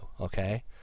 Okay